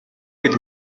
үед